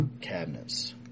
cabinets